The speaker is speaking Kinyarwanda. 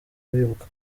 bibuka